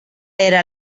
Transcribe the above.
era